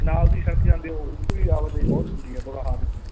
ਨਾਲ ਦੀ ਸੜਕ ਜਾਂਦੀ ਉਹ 'ਤੇ ਵੀ ਆਵਾਜਾਈ ਬਹੁਤ ਹੁੰਦੀ ਆ ਬੁਰਾ ਹਾਲ ਜੀ